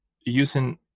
using